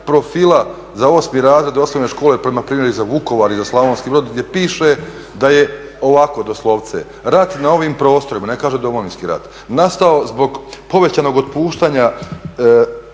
Profila za 8. razred osnovne škole prema …/Govornik se ne razumije./… za Vukovar i za Slavonski Brod gdje piše da je ovako doslovce: "Rat na ovim prostorima…" ne kaže Domovinski rat "…nastao zbog povećanog otpuštanja